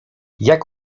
jak